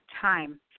time